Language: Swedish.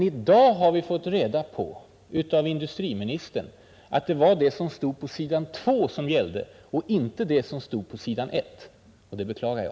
I dag har vi av industriministern fått reda på att det var det som stod på s. 2 som gällde och inte det som stod på s. 1. Det beklagar jag.